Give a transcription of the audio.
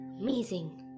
amazing